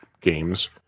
games